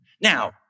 Now